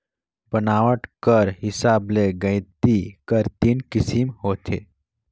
बनावट कर हिसाब ले गइती कर तीन किसिम होथे